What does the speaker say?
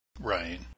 Right